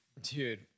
Dude